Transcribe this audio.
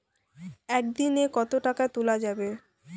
একদিন এ কতো টাকা তুলা যাবে?